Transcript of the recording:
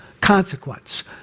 consequence